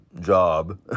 job